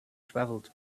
travelled